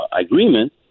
agreement